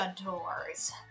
adores